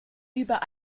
über